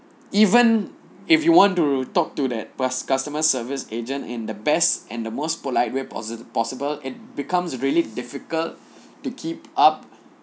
even if you want to talk to that cus~ customer service agent in the best and the most polite way possi~ possible it becomes really difficult to keep up